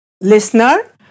Listener